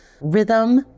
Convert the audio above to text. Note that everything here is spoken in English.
rhythm